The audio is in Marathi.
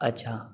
अच्छा